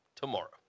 tomorrow